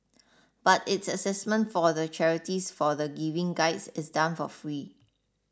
but its assessment for the charities for the Giving Guides is done for free